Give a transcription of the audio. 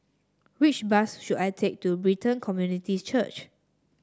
which bus should I take to Brighton Community Church